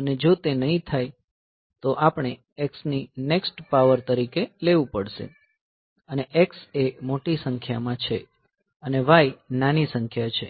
અને જો તે નહીં થાય તો આપણે x ની નેક્સ્ટ પાવર તરીકે લેવું પડશે અને x એ મોટી સંખ્યા છે અને y નાની સંખ્યા છે